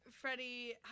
Freddie